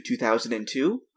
2002